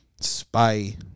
Spy